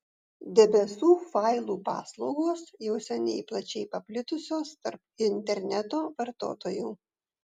debesų failų paslaugos jau seniai plačiai paplitusios tarp interneto vartotojų